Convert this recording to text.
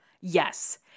Yes